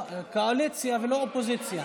קואליציה ולא אופוזיציה.